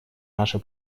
наши